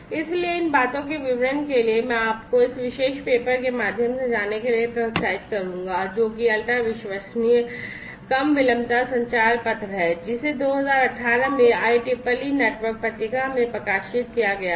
इसलिए इन बातों के विवरण के लिए मैं आपको इस विशेष पेपर के माध्यम से जाने के लिए प्रोत्साहित करूंगा जो कि अल्ट्रा विश्वसनीय कम विलंबता संचार पत्र है जिसे 2018 में IEEE नेटवर्क पत्रिका में प्रकाशित किया गया है